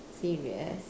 serious